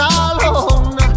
alone